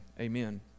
amen